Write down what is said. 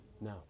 No